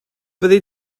fyddi